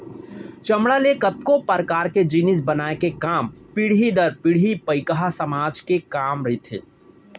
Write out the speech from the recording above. चमड़ा ले कतको परकार के जिनिस बनाए के काम पीढ़ी दर पीढ़ी पईकहा समाज के काम रहिथे